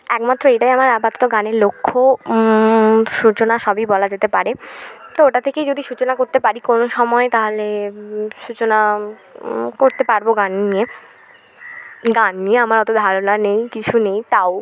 একমাত্র এটাই আমার আপাতত গানের লক্ষ্য সূচনা সবই বলা যেতে পারে তো ওটা থেকেই যদি সূচনা করতে পারি কোনো সময়ে তাহলে সূচনা করতে পারব গান নিয়ে গান নিয়ে আমার অত ধারণা নেই কিছু নেই তাও